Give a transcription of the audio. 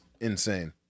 insane